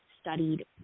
studied